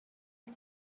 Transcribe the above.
است